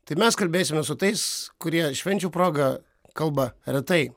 tai mes kalbėsime su tais kurie švenčių proga kalba retai